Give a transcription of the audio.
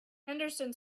henderson